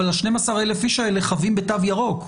אבל ה-12,000 איש האלה חבים בתו ירוק,